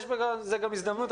יש בזה גם הזדמנות,